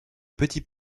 petits